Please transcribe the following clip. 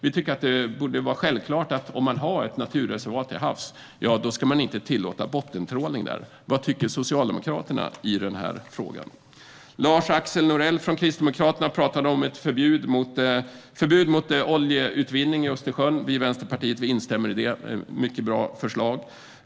Vi tycker att det borde vara självklart att inte tillåta bottentrålning i naturreservat till havs. Vad tycker Socialdemokraterna i denna fråga? Lars-Axel Nordell från Kristdemokraterna talade om ett förbud mot oljeutvinning i Östersjön. Vi i Vänsterpartiet instämmer - det är ett mycket bra förslag.